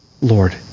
Lord